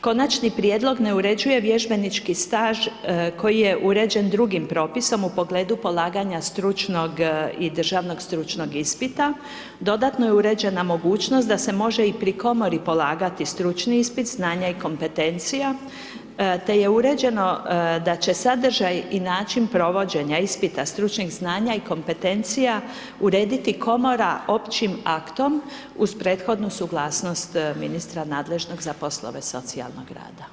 Konačni prijedlog ne uređuje vježbenički staž koji je uređen drugim propisom u pogledu polaganja stručnog i državnog stručnog ispita, dodatno je uređena mogućnost da se može i pri Komori polagati stručni ispit znanja i kompetencija, te je uređeno da će sadržaj i način provođenja ispita, stručnih znanja i kompetencija, urediti komora općim aktom, uz prethodnu suglasnost ministra nadležnog za poslove socijalnog rada.